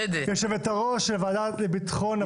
יושבת-הראש של הוועדה לביטחון הפנים.